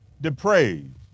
depraved